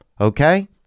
Okay